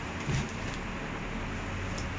no lah they are difference in solid